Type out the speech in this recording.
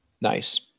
Nice